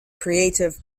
creative